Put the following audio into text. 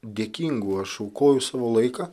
dėkingų aš aukoju savo laiką